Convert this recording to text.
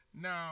Now